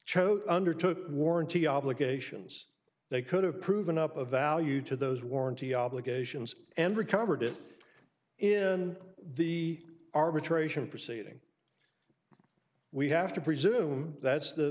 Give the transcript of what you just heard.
choat undertook warranty obligations they could have proven up a value to those warranty obligations and recovered it in the arbitration proceeding we have to presume that's the